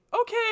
okay